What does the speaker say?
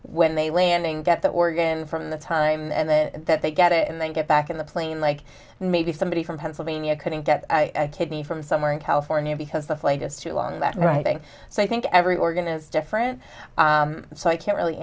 when they landing get that organ from the time and then that they get it and then get back in the plane like maybe somebody from pennsylvania couldn't get a kidney from somewhere in california because the flight is too long that i'm writing so i think every organ is different so i can't really